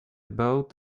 boat